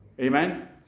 Amen